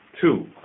Two